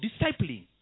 discipling